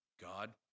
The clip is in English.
God